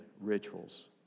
rituals